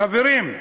חברים,